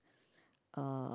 uh